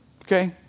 Okay